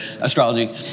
Astrology